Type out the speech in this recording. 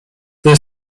the